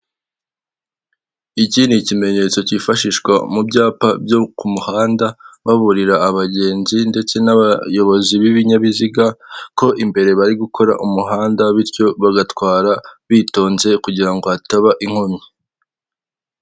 Iki ni ikimenyetso cyifashishwa mu byapa byo ku muhanda, baburira abagenzi ndetse n'abayobozi b'ibinyabiziga ko imbere bari gukora umuhanda bityo bagatwara bitonze kugirango hataba inkomyi.